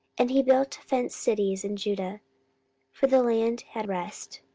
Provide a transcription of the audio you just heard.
and he built fenced cities in judah for the land had rest,